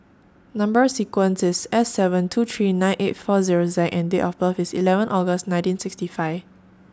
Number sequence IS S seven two three nine eight four Zero Z and Date of birth IS eleven August nineteen sixty five